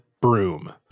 broom